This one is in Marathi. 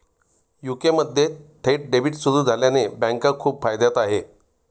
यू.के मध्ये थेट डेबिट सुरू झाल्याने बँका खूप फायद्यात आहे